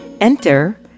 Enter